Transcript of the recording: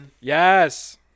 yes